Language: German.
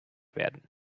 werden